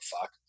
fuck